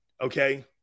Okay